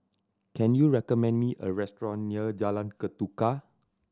can you recommend me a restaurant near Jalan Ketuka